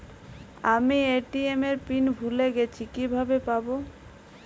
আমি এ.টি.এম এর পিন ভুলে গেছি কিভাবে পাবো?